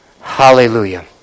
Hallelujah